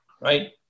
Right